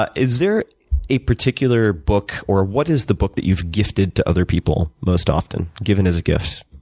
ah is there a particular book, or what is the book that you've gifted to other people most often? given as a gift.